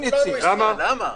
למה?